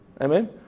Amen